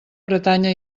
bretanya